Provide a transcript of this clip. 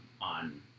on